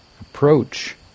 approach